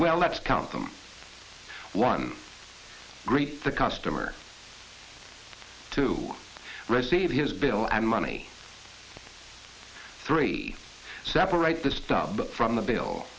well let's count them one great the customer to receive his bill and money three separate the stub from the bill